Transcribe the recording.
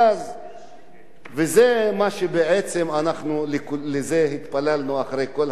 לזה בעצם התפללנו אחרי השביתה הממושכת של הרופאים.